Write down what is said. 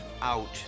out